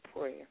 prayer